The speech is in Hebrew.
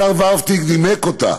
השר ורהפטיג נימק אותה,